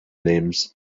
names